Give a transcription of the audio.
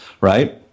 Right